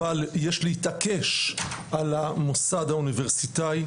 אבל יש להתעקש על המוסד האוניברסיטאי,